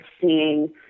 seeing